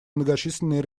многочисленные